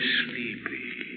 sleepy